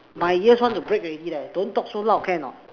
my ears want to break already leh don't talk so loud can or not